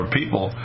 people